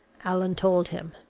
allan told him.